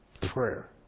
Prayer